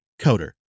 coder